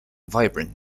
vibrant